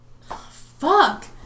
Fuck